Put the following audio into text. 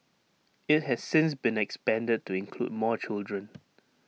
IT has since been expanded to include more children